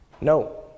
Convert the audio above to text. No